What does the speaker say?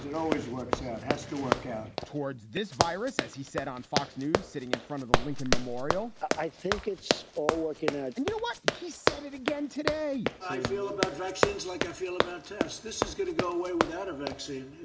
always works. ah it has to work towards this virus, as he said on fox news, sitting in front of the lincoln memorial. i think it's all working. and and you know what? he said it again today i feel about vaccines like i feel about tests. this is going to go away without a vaccine.